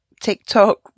TikTok